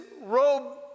robe